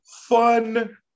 fun